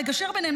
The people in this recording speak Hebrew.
לגשר ביניהם,